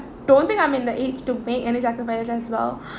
don't think I'm in the age to make any sacrifices as well